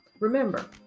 Remember